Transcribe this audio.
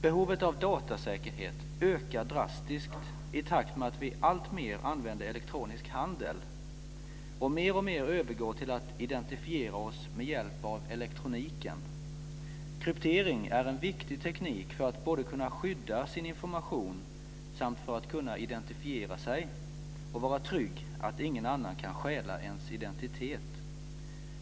Behovet av datasäkerhet ökar drastiskt i takt med att vi alltmer använder elektronisk handel och mer och mer övergår till att identifiera oss med hjälp av elektroniken. Kryptering är en viktig teknik för att både kunna skydda sin information och för att kunna identifiera sig och vara trygg i förvissningen att ingen annan kan stjäla ens identitet.